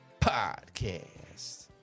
Podcast